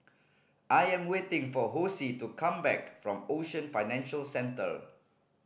i am waiting for Hosea to come back from Ocean Financial Centre